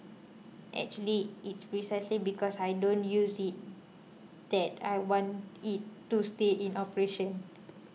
actually it's precisely because I don't use it that I want it to stay in operation